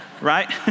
right